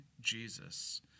Jesus